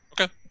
Okay